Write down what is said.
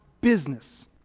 business